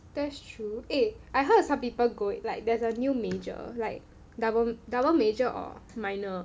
that's true eh I heard some people going like there's a new major like double double major or minor